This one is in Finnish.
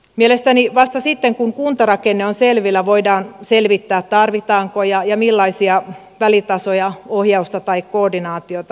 mielestäni vasta sitten kun kuntarakenne on selvillä voidaan selvittää tarvitaanko ja millaisia välitasoja ohjausta tai koordinaatiota